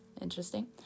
interesting